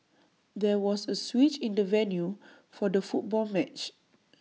there was A switch in the venue for the football match